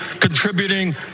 contributing